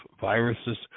viruses